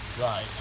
Right